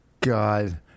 God